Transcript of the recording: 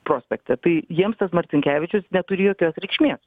prospekte tai jiems tas marcinkevičius neturi jokios reikšmės